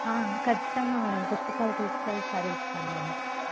ఖచ్చితంగా మ్యాడమ్ పుస్తకాలు తీసుకు వెళ్ళి చదివిస్తాను నేను